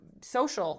social